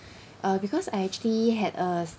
uh because I actually had a